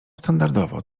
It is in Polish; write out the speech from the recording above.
standardowo